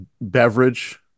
beverage